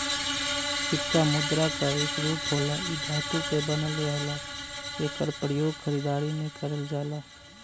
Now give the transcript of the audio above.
सिक्का मुद्रा क एक रूप होला इ धातु क बनल रहला एकर प्रयोग खरीदारी में करल जाला